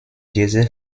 diese